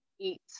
eat